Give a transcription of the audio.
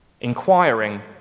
inquiring